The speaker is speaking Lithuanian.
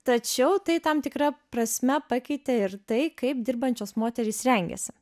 tačiau tai tam tikra prasme pakeitė ir tai kaip dirbančios moterys rengiasi